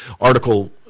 Article